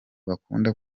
bakunda